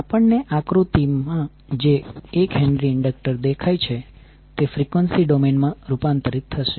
આપણને આકૃતિમાં જે 1H ઇન્ડક્ટર દેખાય છે તે ફ્રીક્વન્સી ડોમેઇન માં રૂપાંતરિત થશે